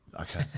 Okay